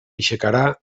aixecarà